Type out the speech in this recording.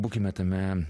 būkime tame